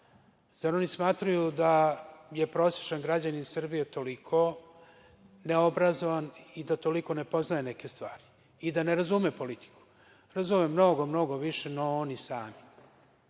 Zar oni smatraju da je prosečan građanin Srbije toliko neobrazovan i da toliko ne poznaje neki stvari i da ne razume politiku? Razume mnogo, mnogo više, no oni sami. Kad